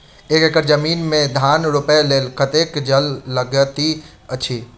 एक एकड़ जमीन मे धान रोपय लेल कतेक जल लागति अछि?